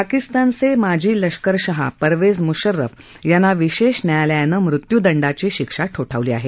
पाकिस्तानचे माजी लष्करशाह परवेज म्शर्रफ यांना विशेष न्यायालयानं मृत्य्दंडाची शिक्षा ठोठावली आहे